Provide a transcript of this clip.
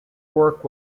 work